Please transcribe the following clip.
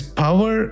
power